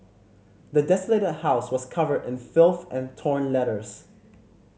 the desolated house was covered in filth and torn letters